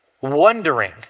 wondering